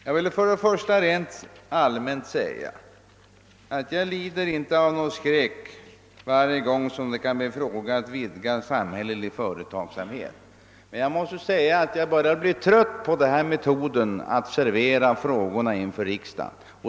Jag vill först rent allmänt säga att jag inte lider av skräck varje gång det kan bli fråga om att vidga samhällelig: företagsamhet. Men jag börjar bli trött på denna metod att servera frågorna för riksdagen.